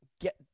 get